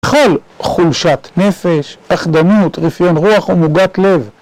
בכל חולשת נפש, פחדנות, רפיון רוח או מוגת לב